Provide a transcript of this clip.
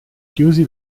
chiusi